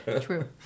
True